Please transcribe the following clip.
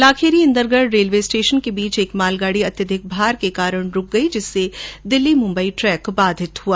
Lakheri Indergarh railway station के बीच एक मालगाड़ी अत्यधिक भार के कारण रूक गई जिससे दिल्ली मुम्बई ट्रेक बाधित हुआ